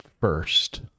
first